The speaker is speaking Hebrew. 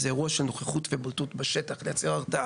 זה עניין של בולטות ושל נוכחות בשטח על מנת לייצר הרתעה,